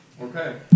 Okay